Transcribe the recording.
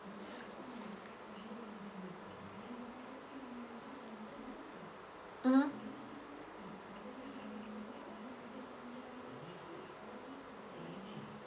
mmhmm